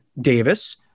Davis